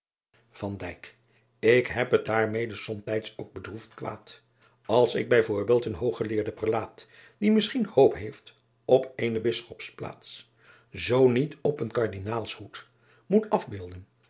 k heb het daarmede somtijds ook bedroefd kwaad ls ik bij voorbeeld een ooggeleerden relaat die misschien hoop heeft op eene isschops plaats zoo niet op een ardinaals hoed moet afbeelden